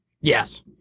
Yes